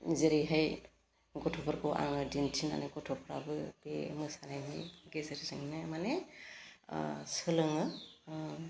जेरैहाय गथ'फोरखौ आङो दिन्थिनानै गथ'फ्राबो बे मोसानायनि गेजेरजोंनो माने ओह सोलोङो ओह